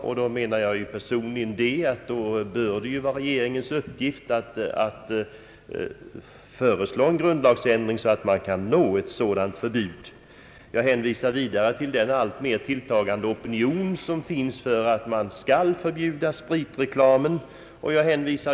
Personligen anser jag att det bör vara regeringens uppgift att föreslå en grundlagsändring så att ett sådant förbud kan införas. Vidare hänvisar jag till den alltmer tilltagande opinion som finns för att man bör förbjuda spritreklamen.